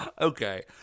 Okay